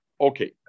Okay